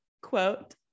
Quote